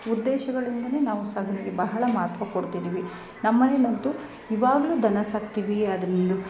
ಉದ್ದೇಶಗಳು ಇಂದಾನೇ ನಾವು ಸಗಣಿ ಬಹಳ ಮಹತ್ವ ಕೊಡ್ತಿದ್ದಿವಿ ನಮ್ಮ ಮನೇಲಂತೂ ಇವಾಗಲೂ ದನ ಸಾಕ್ತಿವಿ ಅದನ್ನು